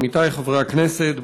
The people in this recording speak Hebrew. עמיתיי חברי הכנסת,